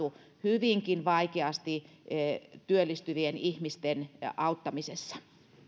vaikuttavuustuloksia saatu hyvinkin vaikeasti työllistyvien ihmisten auttamisesta